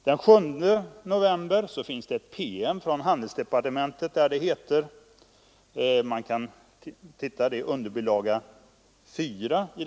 Den 7 november är ett PM från handelsdepartementet daterad — den återfinns i underbilaga 4 till bilaga 17.